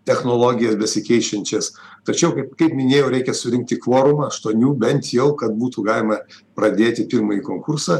technologijas besikeičiančias tačiau kaip kaip minėjau reikia surinkti kvorumą aštuonių bent jau kad būtų galima pradėti pirmąjį konkursą